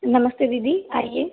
नमस्ते दीदी आइए